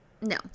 No